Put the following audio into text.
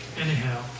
anyhow